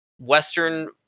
western